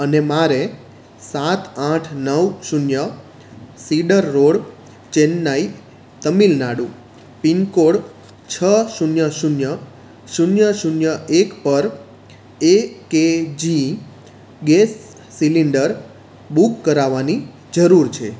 અને મારે સાત આઠ નવ શૂન્ય cedar road Chennai Tamil Nadu pincode છ શૂન્ય શૂન્ય શૂન્ય શૂન્ય એક પર એ કે જી ગેસ સિલિન્ડર બુક કરાવવાની જરૂર છે